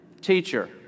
Teacher